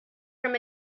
from